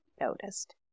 noticed